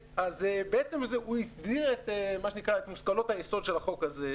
בעצם הוא הסדיר את מושכלות היסוד של החוק הזה,